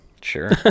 sure